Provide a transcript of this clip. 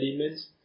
elements